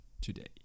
today